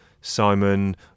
Simon